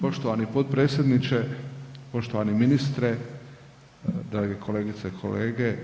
Poštovani potpredsjedniče, poštovani ministre, dragi kolegice i kolege.